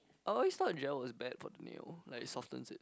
I always thought gel was bad for the nail like softens it